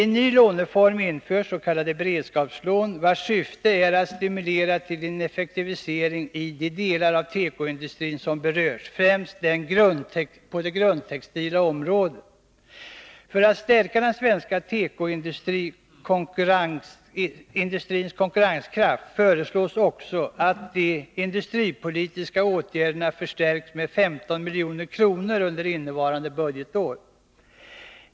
En nylåneform införs, s.k. beredskapslån, vars syfte är att stimulera till en effektivisering i de delar av tekoindustrin som berörs, främst på det grundtextila området. För att stärka den svenska tekoindustrins konkurrenskraft föreslås också att de industripolitiska åtgärderna förstärks med 15 milj.kr. under innevarande budgetår.